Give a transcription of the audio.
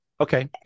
Okay